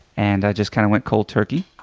and i just kind of went cold turkey